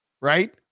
right